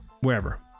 wherever